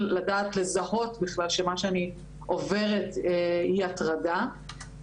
לדעת לזהות בכלל שמה שאני עוברת היא הטרדה,